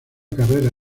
carrera